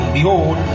behold